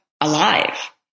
alive